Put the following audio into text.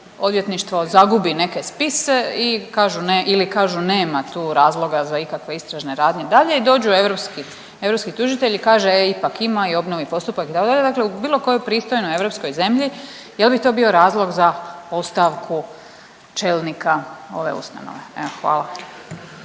odvjetništvo zagubi neke spise i kažu ne ili kažu nema tu razloga za nikakve istražne radnje dalje i dođu europski tužitelji, kaže e ipak ima i obnovi postupak itd. Dakle, u bilo kojoj pristojnoj europskoj zemlji je li bi to bio razlog za ostavku čelnika ove ustanove? Evo,